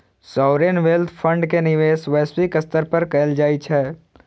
sovereign wealth fund के निवेश वैश्विक स्तर पर कैल जाइ छै